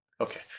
Okay